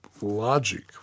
logic